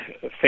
face